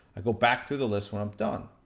i go back through the list when i'm done.